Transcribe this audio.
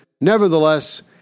nevertheless